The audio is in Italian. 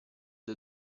the